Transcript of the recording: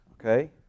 Okay